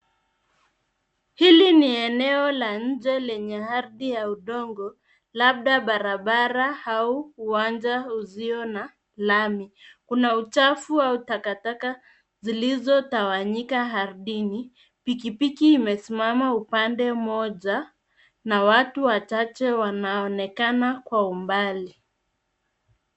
Hili ni eneo la nje lenye aridhi ya udongo, labda barabara au uwanja usio na lami kuna uchafu au takataka zilizo tawanyika aridhini pikipiki imesimama upande moja na watu wachache wanaonekana kwa umbali.